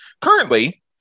Currently